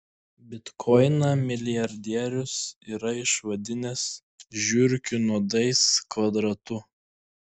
bitkoiną milijardierius yra išvadinęs žiurkių nuodais kvadratu